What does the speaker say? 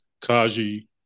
Kaji